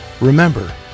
Remember